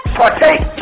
partake